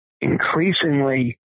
increasingly